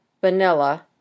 vanilla